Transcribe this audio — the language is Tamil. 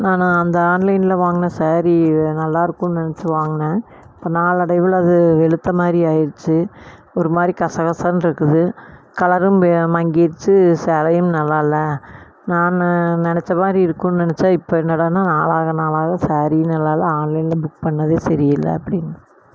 நான் அந்த ஆன்லைனில் வாங்கின சாரீ நல்லா இருக்கும்னு நினச்சி வாங்கினேன் நாளடைவில் அது வெளுத்த மாதிரி ஆகிருச்சி ஒரு மாதிரி கச கசன்னு இருக்குது கலரும் மங்கிடிச்சு சேலையும் நல்லா இல்லை நான் நினச்ச மாதிரி இருக்கும்னு நினச்சேன் இப்போ என்னாடான்னால் நாளாக நாளாக சாரீயும் நல்லா இல்லை ஆன்லைனில் புக் பண்ணுறதும் சரி இல்லை அப்படின்னு